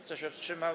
Kto się wstrzymał?